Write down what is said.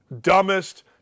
dumbest